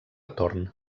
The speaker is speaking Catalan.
torn